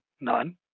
None